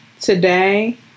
today